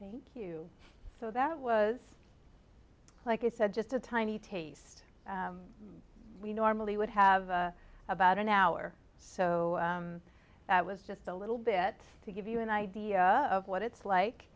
thank you so that was like i said just a tiny taste we normally would have about an hour or so that was just a little bit to give you an idea of what it's like